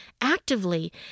actively